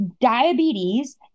diabetes